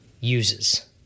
uses